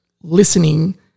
listening